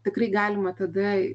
tikrai galima tada